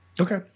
Okay